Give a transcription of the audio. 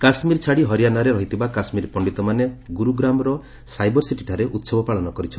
କାଶୁୀର ଛାଡ଼ି ହରିଆଣାରେ ରହ୍ରଥିବା କାଶୁୀର ପଣ୍ଡିତମାନେ ଗୁର୍ଗ୍ରାମର ସାଇବରସିଟିଠାରେ ଉହବ ପାଳନ କରିଛନ୍ତି